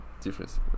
difference